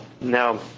Now